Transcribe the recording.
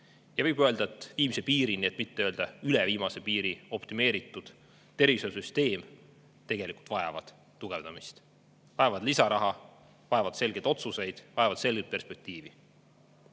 ja, võib öelda, viimse piirini, et mitte öelda üle viimase piiri optimeeritud tervishoiusüsteem tegelikult vajavad tugevdamist, vajavad lisaraha, vajavad selgeid otsuseid, vajavad selget perspektiivi.